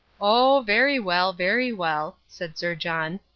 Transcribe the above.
oh, very well, very well, said sir john.